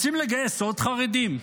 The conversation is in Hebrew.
רוצים לגייס עוד חרדים?